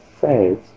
says